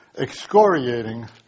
excoriating